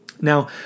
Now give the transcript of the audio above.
Now